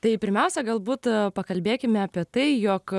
tai pirmiausia galbūt pakalbėkime apie tai jog